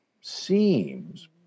seems